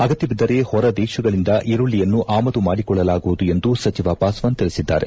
ಅಗತ್ಯ ಬಿದ್ದರೆ ಹೊರ ದೇಶಗಳಿಂದ ಈರುಳ್ಳಿಯನ್ನು ಆಮದು ಮಾಡಿಕೊಳ್ಳಲಾಗುವುದು ಎಂದು ಸಚಿವ ಪಾಸ್ವಾನ್ ತಿಳಿಸಿದ್ದಾರೆ